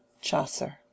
Chaucer